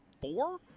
four